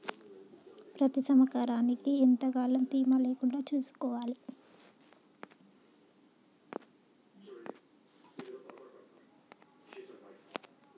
పత్తి సమకూరినాక ఎంత కాలం తేమ లేకుండా చూసుకోవాలి?